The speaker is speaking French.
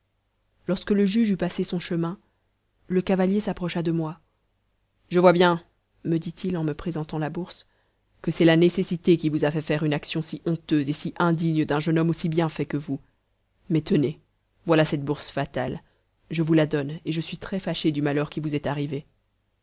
lorsque le juge eut passé son chemin le cavalier s'approcha de moi je vois bien me dit-il en me présentant la bourse que c'est la nécessité qui vous a fait faire une action si honteuse et si indigne d'un jeune homme aussi bien fait que vous mais tenez voilà cette bourse fatale je vous la donne et je suis très fâché du malheur qui vous est arrivé